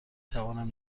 توانم